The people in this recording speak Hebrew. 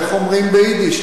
איך אומרים ביידיש,